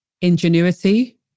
ingenuity